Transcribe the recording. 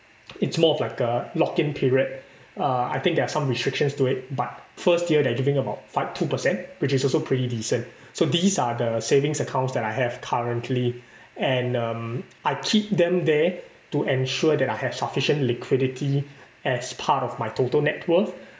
it's more of like a lock-in period uh I think there are some restrictions to it but first year they're giving about five two per cent which is also pretty decent so these are the savings accounts that I have currently and um I keep them there to ensure that I have sufficient liquidity as part of my total net worth